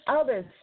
others